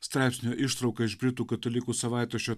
straipsnio ištrauką iš britų katalikų savaitraščio